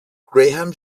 graham